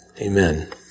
amen